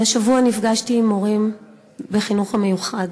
השבוע נפגשתי עם הורים בחינוך המיוחד,